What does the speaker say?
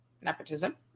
nepotism